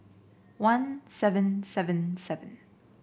one seven seven seven